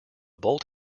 bolt